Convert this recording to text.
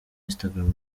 instagram